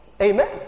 Amen